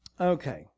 Okay